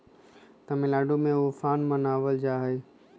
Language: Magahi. तमिलनाडु में उफान मनावल जाहई